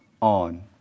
On